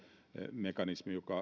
mekanismilla